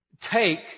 take